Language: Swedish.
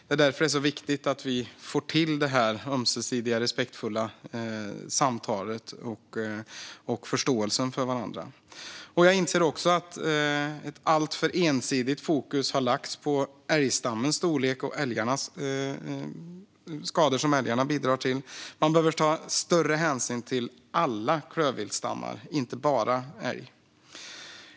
Det är därför det är så viktigt att vi får till det här ömsesidiga och respektfulla samtalet och förståelsen för varandra. Jag inser också att ett alltför ensidigt fokus har satts på älgstammens storlek och de skador som älgarna bidrar till. Man behöver ta större hänsyn till alla klövviltsstammar, inte bara älgen.